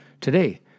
Today